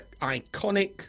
iconic